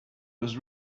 was